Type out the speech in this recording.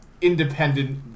independent